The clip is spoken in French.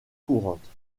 courantes